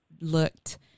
looked